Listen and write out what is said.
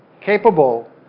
capable